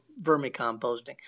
vermicomposting